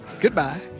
Goodbye